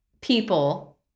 people